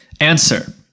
answer